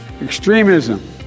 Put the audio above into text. extremism